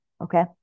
okay